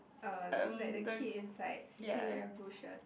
uh like the kid inside is he wearing blue shirt